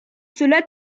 cela